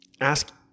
Ask